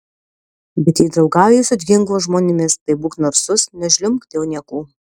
bet jei draugauji su ginklo žmonėmis tai būk narsus nežliumbk dėl niekų